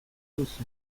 duzu